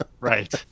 Right